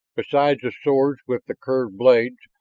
besides the swords with the curved blades,